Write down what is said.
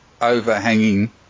overhanging